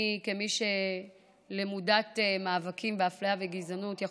כמי שהיא למודת מאבקים באפליה ובגזענות אני